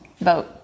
vote